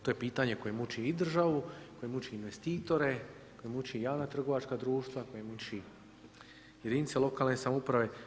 To je pitanje koje muči i državu, koje muči investitore, koje muči javna trgovačka društva, koje muči jedinice lokalne samouprave.